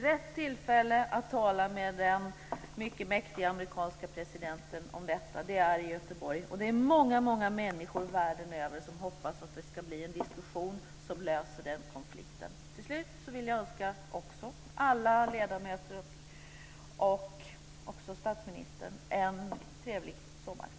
Rätt tillfälle att tala med den mycket mäktige amerikanske presidenten om detta är på Göteborgsmötet. Många människor världen över hoppas att det ska bli en diskussion som löser den konflikten. Till slut vill också jag önska alla ledamöter och även statsministern en trevlig sommar.